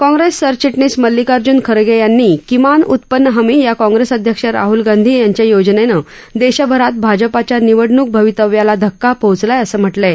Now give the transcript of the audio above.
काँप्रेस सरचिटणीस मल्लिकार्जून खर्गे यांनी किमान उत्पन्न हमी या काँप्रेस अध्यक्ष राहूल गांधी यांच्या योजनेने देशभरात भाजपाच्या निवडणूक भवितव्याला धक्का पोहोचलाय असं म्हटलंय